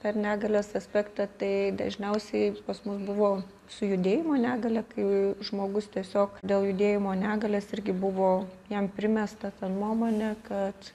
per negalios aspektą tai dažniausiai pas mus buvo su judėjimo negalia kai žmogus tiesiog dėl judėjimo negalias irgi buvo jam primesta ta nuomonė kad